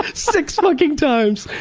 six fucking times.